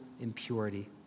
impurity